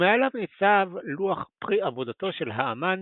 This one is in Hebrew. ומעליו ניצב לוח פרי עבודתו של האמן